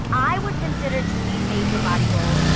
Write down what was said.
i would consider juli major body goals.